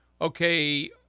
okay